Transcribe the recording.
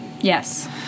Yes